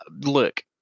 Look